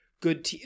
good